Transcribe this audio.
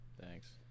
Thanks